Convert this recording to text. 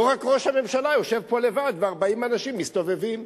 לא רק ראש הממשלה יושב פה לבד ו-40 אנשים מסתובבים.